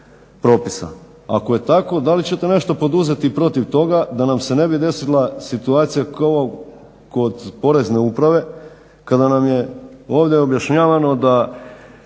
Ako je tako da li ćete nešto poduzeti protiv toga da nam se ne bi desila situacija kao kod Porezne uprave kada nam je ovdje objašnjavano da